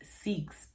seeks